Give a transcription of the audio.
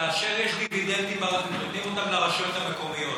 כאשר יש דיבידנדים, נותנים אותם לרשויות המקומיות,